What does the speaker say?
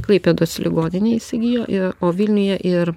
klaipėdos ligoninė įsigijo ir o vilniuje ir